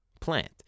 plant